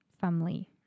family